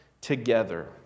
together